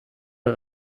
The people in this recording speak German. der